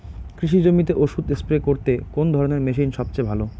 কৃষি জমিতে ওষুধ স্প্রে করতে কোন ধরণের মেশিন সবচেয়ে ভালো?